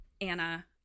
Anna